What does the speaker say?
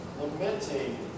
lamenting